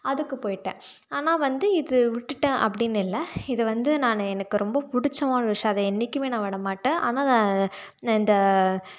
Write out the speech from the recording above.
அதுக்கு போய்விட்டேன் ஆனால் வந்து இது விட்டுட்டேன் அப்படின்னு இல்லை இது வந்து நான் எனக்கு ரொம்ப பிடிச்சமான ஒரு விஷயம் அதை என்றைக்குமே நான் விடமாட்டேன் ஆனால் அதை நான் இந்த